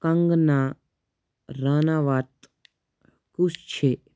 کنٛگنا راناوَت کُس چھے